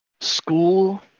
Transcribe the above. school